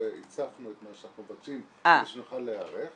הצפנו את מה שאנחנו מבקשים כדי שנוכל להיערך.